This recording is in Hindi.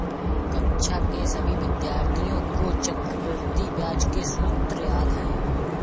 कक्षा के सभी विद्यार्थियों को चक्रवृद्धि ब्याज के सूत्र याद हैं